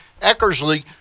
Eckersley